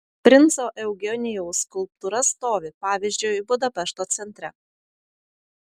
princo eugenijaus skulptūra stovi pavyzdžiui budapešto centre